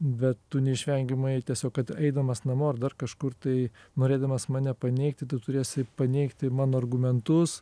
bet tu neišvengiamai tiesiog kad eidamas namo ar dar kažkur tai norėdamas mane paneigti tu turėsi paneigti mano argumentus